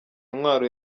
intwaro